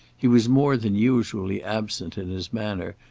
he was more than usually absent in his manner,